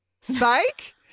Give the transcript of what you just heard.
Spike